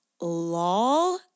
lol